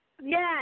Yes